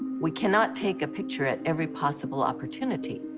we cannot take a picture at every possible opportunity.